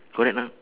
correct or not